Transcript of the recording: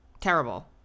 Terrible